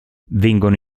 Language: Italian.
vengono